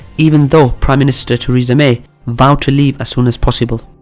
even though prime minister theresa may vowed to leave as soon as possible.